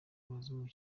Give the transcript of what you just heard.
w’abazungu